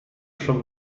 from